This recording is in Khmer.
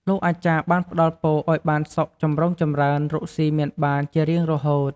លោកអាចារ្យបានផ្តល់ពរឱ្យបានសុខចំរុងចម្រើន រកស៊ីមានបានជារៀងរហូត។